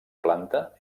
planta